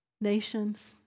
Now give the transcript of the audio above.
nations